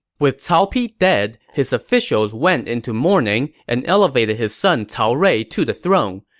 with cao pi dead, his officials went into mourning and elevated his son cao rui to the throne.